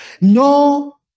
No